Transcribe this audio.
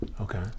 okay